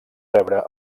rebre